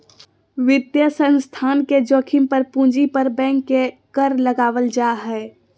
वित्तीय संस्थान के जोखिम पर पूंजी पर बैंक के कर लगावल जा हय